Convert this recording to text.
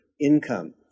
income